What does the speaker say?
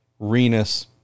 Renus